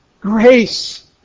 Grace